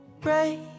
break